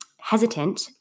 hesitant